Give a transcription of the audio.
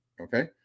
okay